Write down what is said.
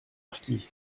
marquis